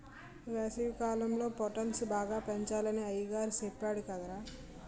వేసవికాలంలో పొటల్స్ బాగా పెంచాలని అయ్య సెప్పేడు కదరా